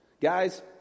Guys